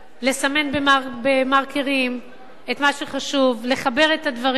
לסמן במרקרים את מה שחשוב, לחבר את הדברים,